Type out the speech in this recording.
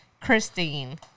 Christine